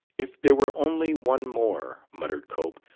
if there were only one more, muttered cope,